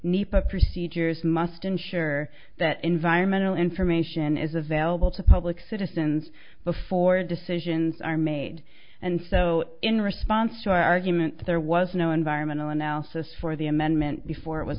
nepa procedures must ensure that environmental information is available to public citizens before decisions are made and so in response to argument there was no environmental analysis for the amendment before it was